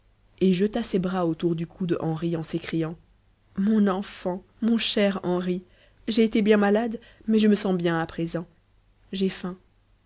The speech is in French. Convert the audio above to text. et jeta ses bras autour du cou de henri en s'écriant mon enfant mon cher henri j'ai été bien malade mais je me sens bien à présent j'ai faim